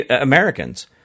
Americans